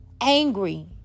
angry